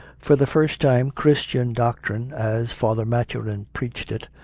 for the first time chris tian doctrine, as father maturin preached it,